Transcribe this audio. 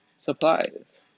supplies